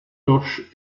torche